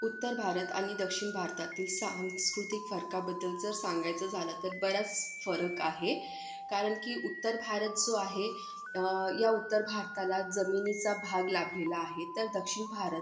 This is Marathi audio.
उत्तर भारत आणि दक्षिण भारतातील सांस्कृतिक फरकाबद्दल जर सांगायचं झालं तर बराच फरक आहे कारण की उत्तर भारत जो आहे या उत्तर भारताला जमिनीचा भाग लाभलेला आहे तर दक्षिण भारत